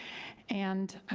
and